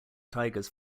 tigers